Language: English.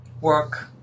work